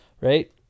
right